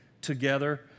together